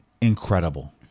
incredible